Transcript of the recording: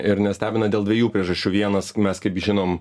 ir nestebina dėl dviejų priežasčių vienas mes kaip žinom